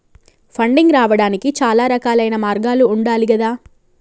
funding రావడానికి చాలా రకాలైన మార్గాలు ఉండాలి గదా